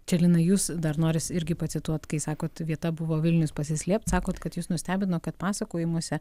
čia lina jus dar noris irgi pacituot kai sakot vieta buvo vilnius pasislėpt sakot kad jus nustebino kad pasakojimuose